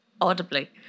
audibly